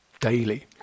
daily